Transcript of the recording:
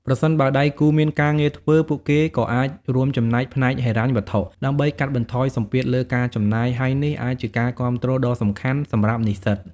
ប្រសិនបើដៃគូមានការងារធ្វើ ពួកគេក៏អាចរួមចំណែកផ្នែកហិរញ្ញវត្ថុ ដើម្បីកាត់បន្ថយសម្ពាធលើការចំណាយ ហើយនេះអាចជាការគាំទ្រដ៏សំខាន់សម្រាប់និស្សិត។